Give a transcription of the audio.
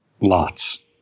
Lots